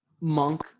Monk